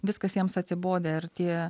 viskas jiems atsibodę ir tie